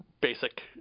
basic